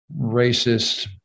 racist